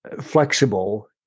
flexible